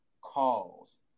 Calls